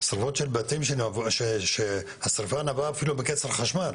שריפות של בתים שהשריפה נבעה אפילו מקצר חשמל.